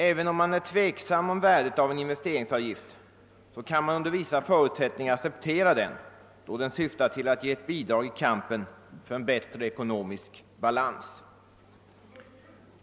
Även om man är tveksam beträffande värdet av en investeringsavgift, kan man under vissa förutsättningar acceptera en sådan, då den syftar till att ge ett bidrag i kampen för en bättre ekonomisk balans.